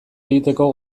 egiteko